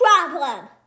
problem